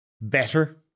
better